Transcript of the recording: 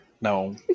No